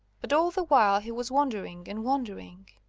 but all the while he was wondering and wondering.